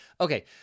Okay